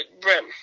brim